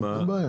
אין בעיה.